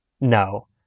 No